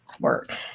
work